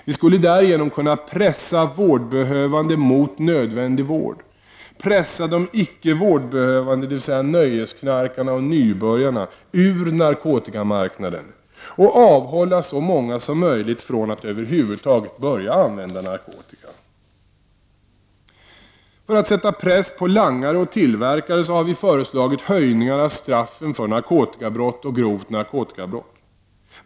Vi skulle därigenom kunna pressa de vårdbehövande mot nödvändig vård, pressa de icke vårdbehövande, dvs. nöjesknarkarna och nybörjarna, ur narkotikamarknaden och avhålla så många som möjligt från att över huvud taget börja använda narkotika. För att sätta press på langare och tillverkare har vi föreslagit höjningar av straffen för narkotikabrott och grovt narkotikabrott.